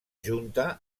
junta